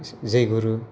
जयगुरु